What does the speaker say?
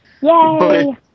Yay